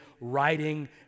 writing